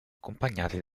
accompagnati